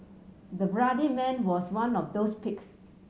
the bloodied man was one of those picked